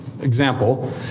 example